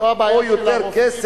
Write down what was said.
לא הבעיה של הרופאים,